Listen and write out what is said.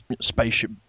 spaceship